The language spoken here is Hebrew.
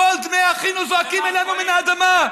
קול דמי אחינו זועקים אלינו מן האדמה.